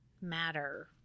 matter